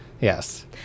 Yes